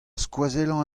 skoazellañ